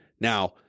Now